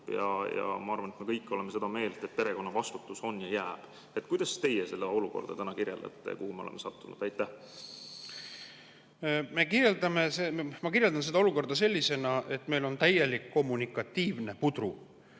Ma arvan, et me kõik oleme seda meelt, et perekonna vastutus on ja jääb. Kuidas teie kirjeldate seda olukorda, kuhu me oleme sattunud? Ma kirjeldan seda olukorda sellisena, et meil on täielik kommunikatiivne pudru.